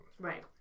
Right